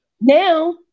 now